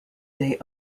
they